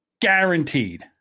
guaranteed